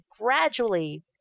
gradually